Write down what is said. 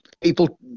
people